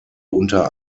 unter